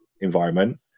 environment